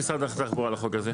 מה דעת משרד התחבורה על החוק הזה?